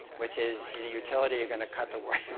which is your utility, you're gonna cut the wire,